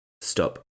stop